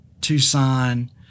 Tucson